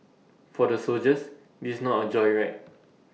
for the soldiers this is not A joyride